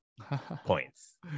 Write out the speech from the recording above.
points